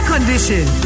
condition